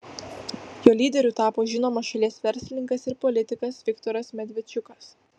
jo lyderiu tapo žinomas šalies verslininkas ir politikas viktoras medvedčiukas